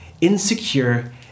insecure